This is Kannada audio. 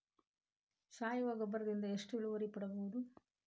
ಸಾವಯವ ಗೊಬ್ಬರದಿಂದ ಎಷ್ಟ ಇಳುವರಿ ಪಡಿಬಹುದ?